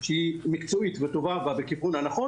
העיקר זה מגבול ירדן וקצת גם מגבול לבנון.